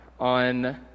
on